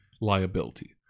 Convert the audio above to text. liability